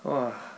!wah!